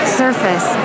surface